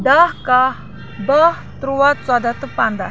دَہ کاہ بہہ تُرٛواہ ژۄداہ تہٕ پَنٛداہ